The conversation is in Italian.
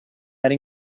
era